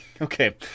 okay